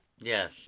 Yes